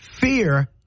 Fear